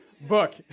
Book